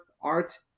art